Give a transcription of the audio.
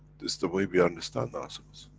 it's the way we understand ourselves.